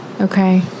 Okay